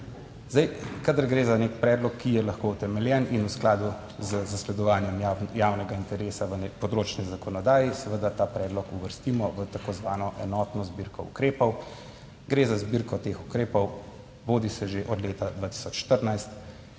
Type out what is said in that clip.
Zdaj, kadar gre za nek predlog, ki je lahko utemeljen in v skladu z zasledovanjem javnega interesa v področni zakonodaji, seveda ta predlog uvrstimo v tako imenovano enotno zbirko ukrepov, gre za zbirko teh ukrepov, bodisi že od leta 2014.